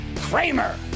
Kramer